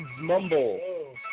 mumble